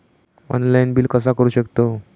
Online bill कसा करु शकतव?